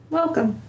welcome